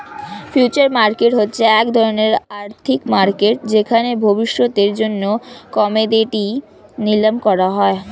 future market হচ্ছে এক ধরণের আর্থিক মার্কেট যেখানে ভবিষ্যতের জন্য কোমোডিটি নিলাম করা হয়